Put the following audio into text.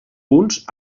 punts